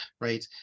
right